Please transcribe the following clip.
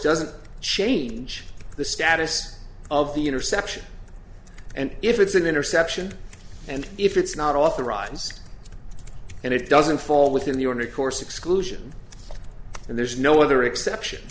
doesn't change the status of the intersection and if it's an interception and if it's not authorize and it doesn't fall within the only course exclusion and there's no other exception